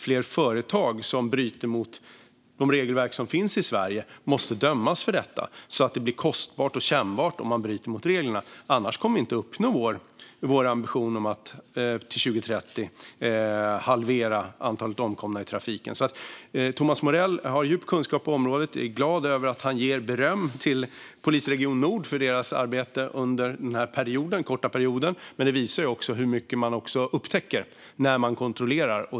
Fler företag som bryter mot de regelverk som finns i Sverige måste dömas för detta. Det ska vara kostbart och kännbart om man bryter mot reglerna. Annars kommer vi inte att uppnå vår ambition om att halvera antalet omkomna i trafiken till 2030. Thomas Morell har djup kunskap på området. Jag är glad över att han ger beröm till polisregion Nord för deras arbete under denna korta period. Men detta visar också hur mycket man upptäcker när man kontrollerar.